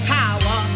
power